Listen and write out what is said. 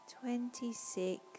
twenty-six